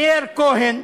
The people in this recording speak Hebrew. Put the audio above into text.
מאיר כהן,